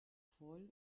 voll